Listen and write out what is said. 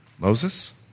Moses